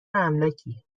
املاکی